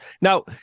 Now